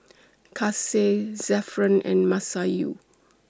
Kasih Zafran and Masayu